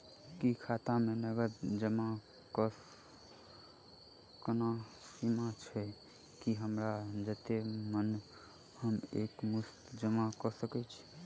की खाता मे नगद जमा करऽ कऽ कोनो सीमा छई, की हमरा जत्ते मन हम एक मुस्त जमा कऽ सकय छी?